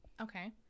Okay